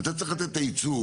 אתה צריך לתת את הייצוג,